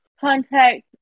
contact